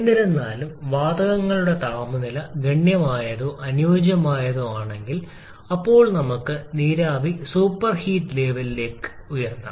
എന്നിരുന്നാലും വാതകങ്ങളുടെ താപനില ഗണ്യമായതോ അനുയോജ്യമോ ആണെങ്കിൽ അപ്പോൾ നമുക്ക് നീരാവി സൂപ്പർഹീഡ് ലെവലിലേക്ക് ഉയർത്താം